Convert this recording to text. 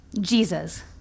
Jesus